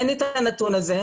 אין לי את הנתון הזה,